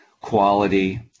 quality